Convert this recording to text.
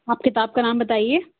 آپ کتاب کا نام بتائیے